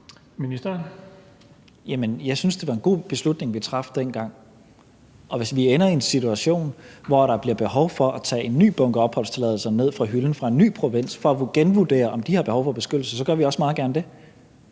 jeg synes, det var en god beslutning, vi traf dengang. Og hvis vi ender i en situation, hvor der bliver behov for at tage en ny bunke opholdstilladelser ned fra hylden, fra en ny provins, for at genvurdere, om de har behov for beskyttelse, gør vi også meget gerne det.